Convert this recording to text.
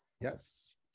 Yes